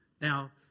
Now